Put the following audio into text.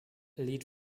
lead